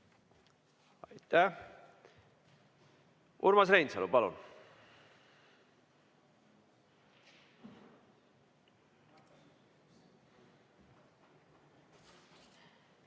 Aitäh! Urmas Reinsalu, palun!